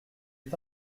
est